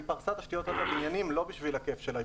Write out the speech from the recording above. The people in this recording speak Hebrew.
היא פרסה תשתיות בבניינים ולא בשביל הכיף שלה אלא